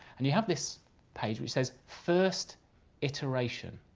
and you have this page which says first iteration,